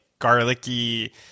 garlicky